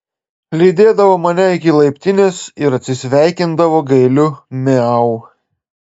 lydėdavo mane iki laiptinės ir atsisveikindavo gailiu miau